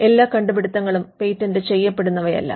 എല്ലാ കണ്ടുപിടുത്തങ്ങളും പേറ്റന്റ് ചെയ്യപെടന്നുവയല്ല